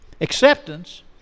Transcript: Acceptance